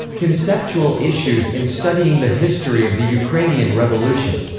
conceptual issues in studying the history of the ukrainian revolution.